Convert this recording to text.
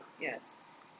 Yes